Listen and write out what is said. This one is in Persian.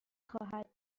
خواهد